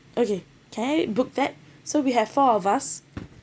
okay can you book that so we have four of us